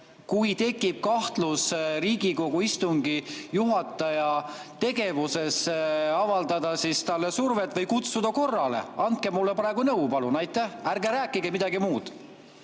kui tekib kahtlus Riigikogu istungi juhataja tegevuses, avaldada talle survet või kutsuda teda korrale. Andke mulle praegu nõu, palun! Ärge rääkige midagi muud.